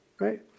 right